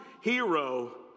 hero